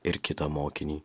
ir kitą mokinį